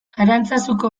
arantzazuko